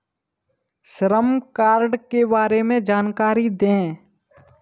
श्रम कार्ड के बारे में जानकारी दें?